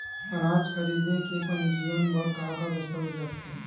अनाज खरीदे के पंजीयन बर का का दस्तावेज लगथे?